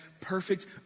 perfect